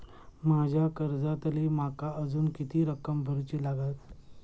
माझ्या कर्जातली माका अजून किती रक्कम भरुची लागात?